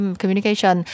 communication